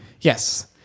Yes